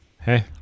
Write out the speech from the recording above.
hey